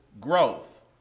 growth